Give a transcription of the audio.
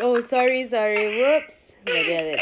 oh sorry sorry !oops! my bad